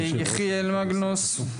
יחיאל מגנוס.